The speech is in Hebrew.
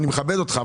אני מכבד אותך,